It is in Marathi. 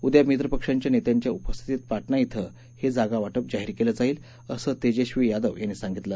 उद्या मित्रपक्षांच्या नेत्यांच्या उपस्थितीत पाटणा क्वे हे जागावाटप जाहीर केलं जाईल असं तेजस्वी यादव यांनी सांगितलं